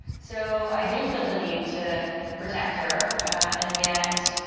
so i do feel the need to protect her and, yet,